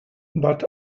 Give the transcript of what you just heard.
but